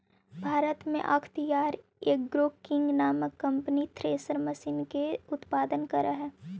भारत में अख्तियार Agro King नामक कम्पनी थ्रेसर मशीन के उत्पादन करऽ हई